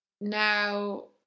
Now